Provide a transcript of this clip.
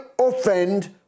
offend